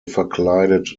verkleidet